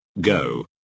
Go